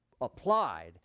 applied